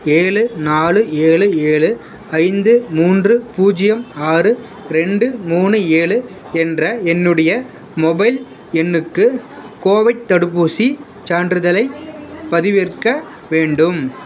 ஏழு நாலு ஏழு ஏழு ஐந்து மூன்று பூஜ்ஜியம் ஆறு ரெண்டு மூணு ஏழு என்ற என்னுடைய மொபைல் எண்ணுக்கு கோவிட் தடுப்பூசிச் சான்றிதழைப் பதிவிறக்க வேண்டும்